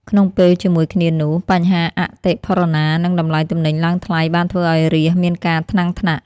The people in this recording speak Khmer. ក្នុងពេលជាមួយគ្នានោះ បញ្ហាអតិផរណា និងតម្លៃទំនិញឡើងថ្លៃបានធ្វើឱ្យរាស្ត្រមានការថ្នាំងថ្នាក់។